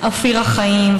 אופירה חיים,